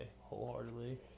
wholeheartedly